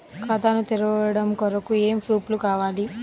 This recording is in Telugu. ఖాతా తెరవడం కొరకు ఏమి ప్రూఫ్లు కావాలి?